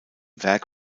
werk